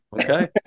Okay